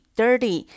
dirty